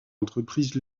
entreprises